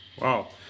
Wow